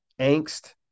angst